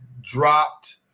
dropped